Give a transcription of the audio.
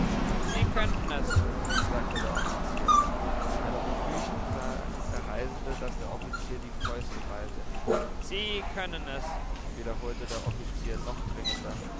sie können es sagte der offizier mit einiger befürchtung sah der reisende daß der offizier die fäuste ballte sie können es wiederholte der offizier noch dringender